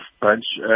bunch